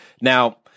Now